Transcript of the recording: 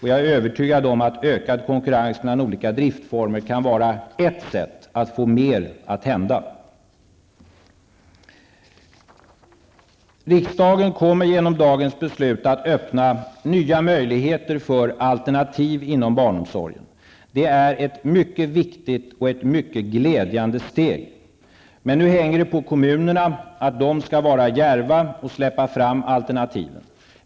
Jag är övertygad om att ökad konkurrens mellan olika driftformer kan vara ett sätt att få mer att hända. Riksdagen kommer genom dagens beslut att öppna nya möjligheter för alternativ inom barnomsorgen. Det är ett mycket viktigt och mycket glädjande steg. Men nu hänger det på kommunerna. De skall vara djärva och släppa fram alternativen.